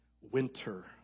winter